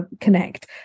connect